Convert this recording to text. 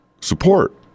support